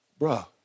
bruh